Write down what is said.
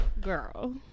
Girl